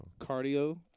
Cardio